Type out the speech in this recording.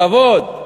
הכבוד.